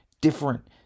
different